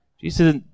jesus